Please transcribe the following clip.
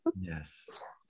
Yes